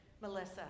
Melissa